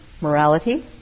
morality